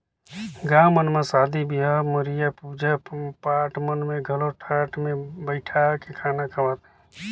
गाँव मन म सादी बिहाव, मरिया, पूजा पाठ मन में घलो टाट मे बइठाके खाना खवाथे